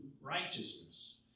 righteousness